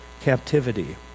captivity